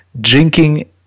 drinking